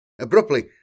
abruptly